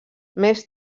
més